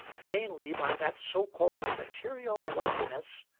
mainly by that so-called material loveliness,